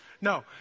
No